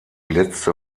letzte